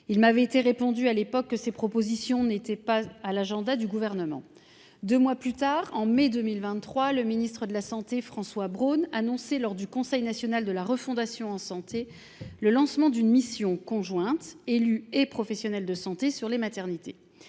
Il m’avait été répondu que ces propositions n’étaient pas à l’agenda du Gouvernement. Deux mois plus tard, en mai 2023, le ministre de la santé François Braun annonçait, lors du Conseil national de la refondation (CNR) consacré à la santé, le lancement d’une mission conjointe d’élus et de professionnels de santé consacrée aux maternités.